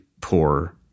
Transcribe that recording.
poor